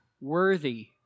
worthy